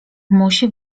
musi